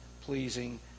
pleasing